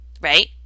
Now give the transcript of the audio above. right